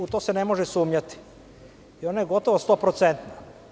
U to se ne može sumnjati i ona je gotovo stoprocentna.